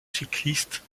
cyclistes